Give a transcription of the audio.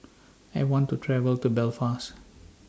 I want to travel to Belfast